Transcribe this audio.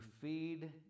feed